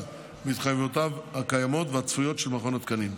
בהתחייבויות הקיימות והצפויות של מכון התקנים.